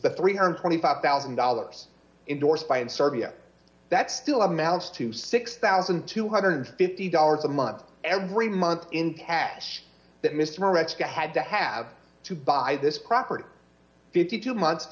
the three hundred and twenty five thousand dollars indorsed by in serbia that still amounts to six thousand two hundred and fifty dollars a month every month in cash that mr had to have to buy this property fifty two months